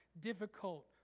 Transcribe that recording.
difficult